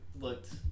looked